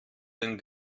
den